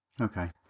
Okay